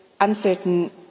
uncertain